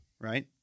right